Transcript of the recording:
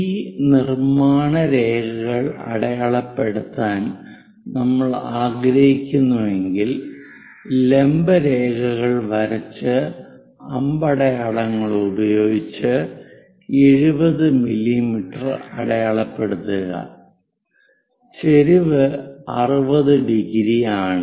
ഈ നിർമ്മാണ രേഖകൾ അടയാളപ്പെടുത്താൻ നമ്മൾ ആഗ്രഹിക്കുന്നുവെങ്കിൽ ലംബ രേഖകൾ വരച്ച് അമ്പടയാളങ്ങൾ ഉപയോഗിച്ച് 70 മിമി അടയാളപ്പെടുത്തുക ചെരിവ് 60⁰ ആണ്